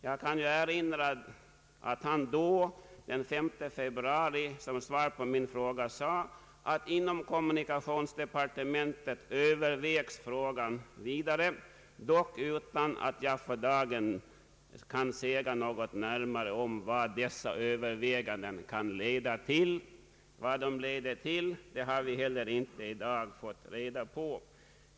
Jag kan erinra om att statsrådet den 5 februari som svar på min fråga den gången sade att ärendet övervägs vidare inom kommunikationsdepartementet och att han för dagen inte kunde säga något närmare om vad dessa överväganden kunde leda till. Vad de leder till har vi inte heller i dag fått reda på.